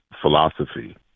philosophy